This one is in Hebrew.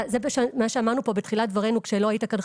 זה מה שאמרנו כאן בתחילת דברינו כשלא היית כאן,